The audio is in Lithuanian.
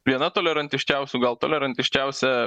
viena tolerantiškiausių gal tolerantiškiausia